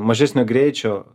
mažesnio greičio